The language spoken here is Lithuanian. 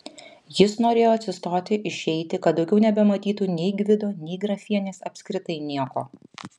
jis norėjo atsistoti išeiti kad daugiau nebematytų nei gvido nei grafienės apskritai nieko